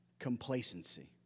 Complacency